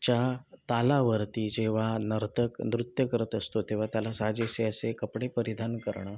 च्या तालावरती जेव्हा नर्तक नृत्य करत असतो तेव्हा त्याला साजेसे असे कपडे परिधान करणं